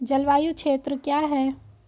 जलवायु क्षेत्र क्या है?